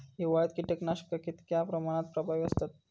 हिवाळ्यात कीटकनाशका कीतक्या प्रमाणात प्रभावी असतत?